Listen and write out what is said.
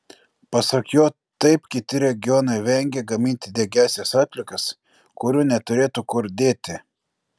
pasak jo taip kiti regionai vengia gaminti degiąsias atliekas kurių neturėtų kur dėti